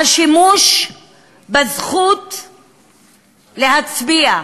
מהשימוש בזכות להצביע,